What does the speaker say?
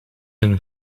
een